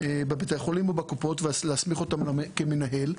בבתי החולים ובקופות, להסמיך אותם כמנהל.